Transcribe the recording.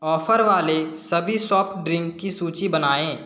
offer वाले सभी soft drink की सूची बनाएँ